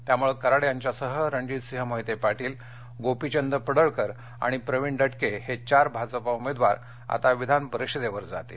त्यामुळे कराड यांच्यासह रणजितसिंह मोहिते पाटील गोपीचंद पडळकर आणि प्रवीण दटके हे चार भाजप उमेदवार आता विधानपरिषदेवर जातील